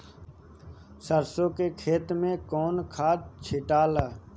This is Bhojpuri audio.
सरसो के खेती मे कौन खाद छिटाला?